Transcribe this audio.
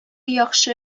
яхшы